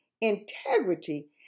integrity